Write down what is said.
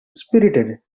spirited